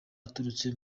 aturutse